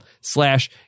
slash